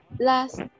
Last